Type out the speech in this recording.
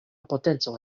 potenco